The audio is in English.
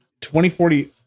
2040